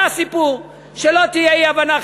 זה הסיפור, שלא תהיה אי-הבנה.